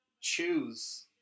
choose